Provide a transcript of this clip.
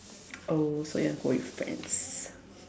oh so you want to go with friends